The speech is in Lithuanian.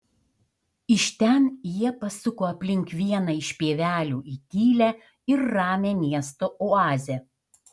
iš ten jie pasuko aplink vieną iš pievelių į tylią ir ramią miesto oazę